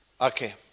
okay